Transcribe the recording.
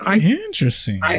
Interesting